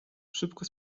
szybko